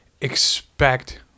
expect